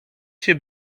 się